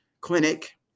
clinic